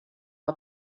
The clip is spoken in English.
are